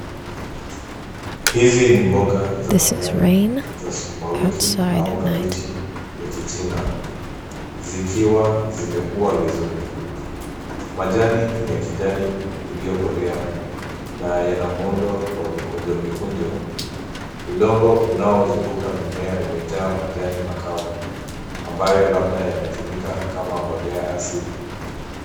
Hizi ni mboga za majani za sukuma wiki au kabichi ya kichina zikiwa zimekua vizuri. Majani ni ya kijani iliyokolea na yana muundo ya mikunjo mikunjo. Udongo unaozunguka mimea umejaa majani makavu ambayo labda yametumika kama mbolea asili.